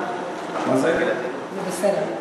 זה בסדר.